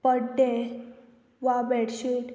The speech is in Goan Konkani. पड्डे वा बेडशीट